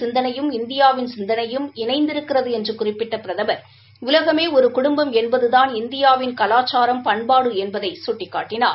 சிந்தனையும் இந்தியாவின் சிந்தனையும் இணைந்திருக்கிறது என்று ஐ நா அமைப்பின் குறிப்பிட்ட பிரதம் உலகமே ஒரு குடும்பம் என்பதுதான் இந்தியாவின் கலாச்சாரம் பண்பாடு என்பதை சுட்டிக்காட்டினார்